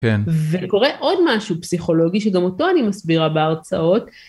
וקורה עוד משהו פסיכולוגי שגם אותו אני מסבירה בהרצאות.